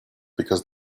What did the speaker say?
because